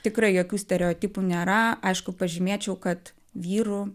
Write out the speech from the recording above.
tikrai jokių stereotipų nėra aišku pažymėčiau kad vyrų